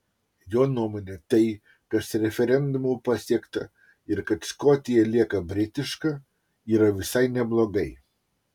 jo nuomone tai kas referendumu pasiekta ir kad škotija lieka britiška yra visai neblogai